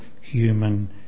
Human